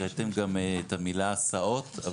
הקראתם את המילה הסעות,